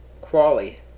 Quali